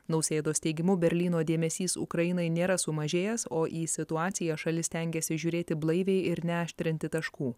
nausėdos teigimu berlyno dėmesys ukrainai nėra sumažėjęs o į situaciją šalis stengiasi žiūrėti blaiviai ir neaštrinti taškų